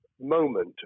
moment